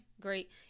great